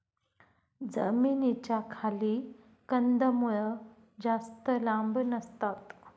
जमिनीच्या खाली कंदमुळं जास्त लांब नसतात